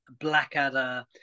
Blackadder